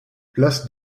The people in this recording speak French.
place